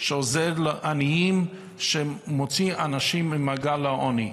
שעוזרת לעניים ומוציאה אנשים ממעגל העוני.